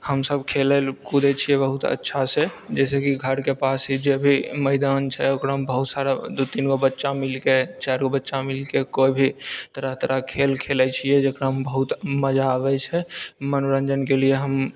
हमसब खेलैत कूदैत छियै बहुत अच्छा से जैसे कि घरके पास ही जे भी मैदान छै ओकरामे बहुत सारा दू तीन गो बच्चा मिलके चारु बच्चा मिलके कोइ भी तरह तरह खेल खेलैत छियै जेकरामे बहुत मजा आबैत छै मनोरञ्जनके लिए हम